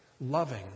loving